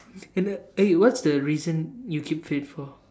in the eh what's the reason you keep fit for